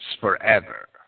forever